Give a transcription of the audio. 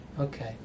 Okay